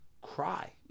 cry